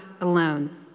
alone